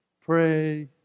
pray